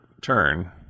turn